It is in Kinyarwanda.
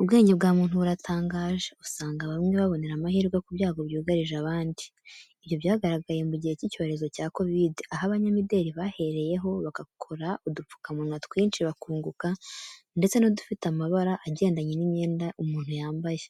Ubwenge bwa muntu buratangaje, usanga bamwe babonera amahirwe ku byago byugarije abandi. Ibyo byaragaragaye no mu gihe cy'icyorezo cya Covid, aho abanyamideri bahereyeho bagakora udupfukamunwa twinshi bakunguka ndetse n'udufite amabara agendanye n'imyenda umuntu yambaye,